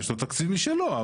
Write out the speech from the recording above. יש לו תקציב משלו.